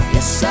Yes